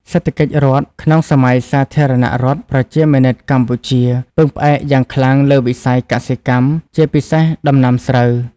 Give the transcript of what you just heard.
សេដ្ឋកិច្ចរដ្ឋក្នុងសម័យសាធារណរដ្ឋប្រជាមានិតកម្ពុជា ពឹងផ្អែកយ៉ាងខ្លាំងលើវិស័យកសិកម្ម ជាពិសេសដំណាំស្រូវ។